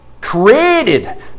Created